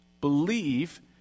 Believe